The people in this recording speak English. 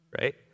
right